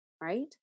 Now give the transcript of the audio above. right